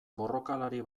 borrokalari